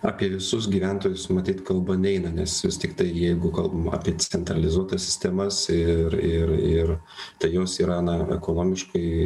apie visus gyventojus matyt kalba neina nes vis tiktai jeigu kalbam apie centralizuotas sistemas ir ir ir tai jos yra na ekonomiškai